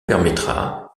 permettra